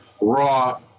Raw